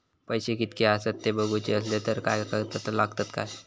पैशे कीतके आसत ते बघुचे असले तर काय कागद पत्रा लागतात काय?